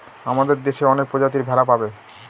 আমাদের দেশে অনেক প্রজাতির ভেড়া পাবে